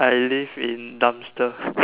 I live in dumpster